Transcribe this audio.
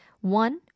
one